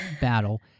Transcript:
battle